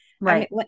Right